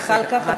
חבר הכנסת זחאלקה.